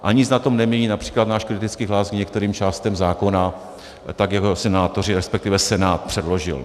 A nic na tom nemění například náš kritický hlas k některým částem zákona, tak jak je senátoři, resp. Senát předložil.